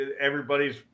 everybody's